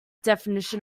definition